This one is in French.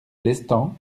lestang